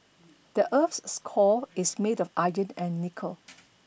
the earth's core is made of iron and nickel